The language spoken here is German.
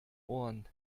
ohren